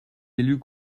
élus